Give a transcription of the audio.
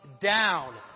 down